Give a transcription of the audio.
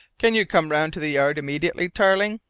can you come round to the yard immediately, tarling?